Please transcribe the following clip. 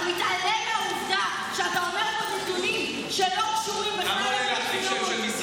אתה מתעלם מהעובדה כשאתה אומר פה נתונים שלא קשורים בכלל למציאות.